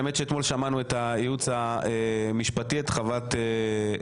אתמול שמענו את הייעוץ המשפטי לממשלה,